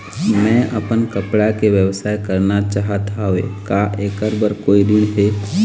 मैं अपन कपड़ा के व्यवसाय करना चाहत हावे का ऐकर बर कोई ऋण हे?